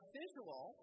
visual